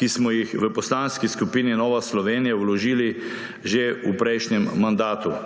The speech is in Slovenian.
ki smo jih v Poslanski skupini Nova Slovenija vložili že v prejšnjem mandatu.